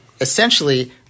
essentially